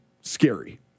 scary